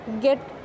get